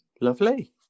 Lovely